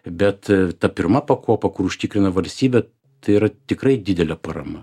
bet ta pirma pakopa kur užtikrina valstybė tai tikrai didelė parama